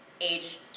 age